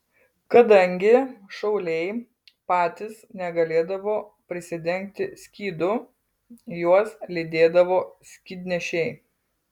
kadangi šauliai patys negalėdavo prisidengti skydu juos lydėdavo skydnešiai